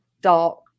dark